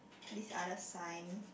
this other sign